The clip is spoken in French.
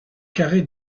carré